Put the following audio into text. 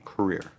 career